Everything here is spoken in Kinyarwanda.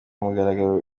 mugaragaro